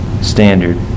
standard